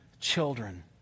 children